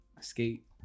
Skate